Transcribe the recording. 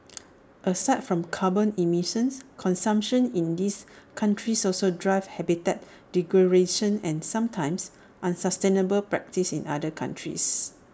aside from carbon emissions consumption in these countries also drives habitat degradation and sometimes unsustainable practices in other countries